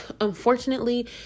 Unfortunately